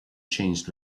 changed